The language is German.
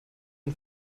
und